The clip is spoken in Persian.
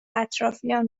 اطرافیان